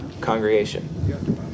congregation